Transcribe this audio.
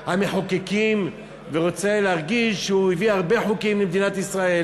המחוקקים ורוצה להרגיש שהוא הביא הרבה חוקים למדינת ישראל,